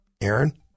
Aaron